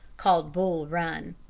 called bull run.